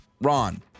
Ron